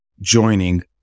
joining